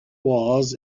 was